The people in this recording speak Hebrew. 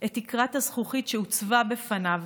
את תקרת הזכוכית שהוצבה בפניו,